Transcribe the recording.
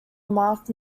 marked